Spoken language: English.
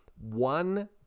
one